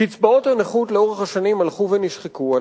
קצבאות הנכות הלכו ונשחקו לאורך השנים.